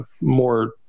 more